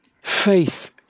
Faith